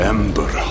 Ember